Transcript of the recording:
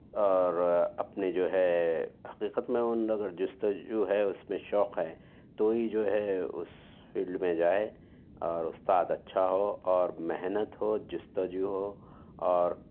اور اپنے جو ہے حقیقت میں اُن اگر جستجو ہے اُس میں شوق ہے تو ہی جو ہے اُس فیلڈ میں جائے اور اُستاد اچھا ہو اور محنت ہو جستجو ہو اور